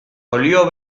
olio